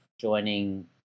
joining